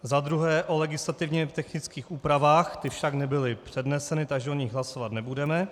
Za druhé o legislativně technických úpravách, ty však nebyly předneseny, takže o nich hlasovat nebudeme.